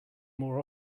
more